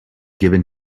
given